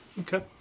Okay